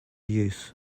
use